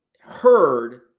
heard